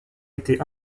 été